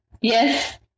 Yes